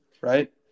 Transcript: right